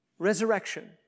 Resurrection